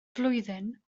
flwyddyn